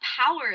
power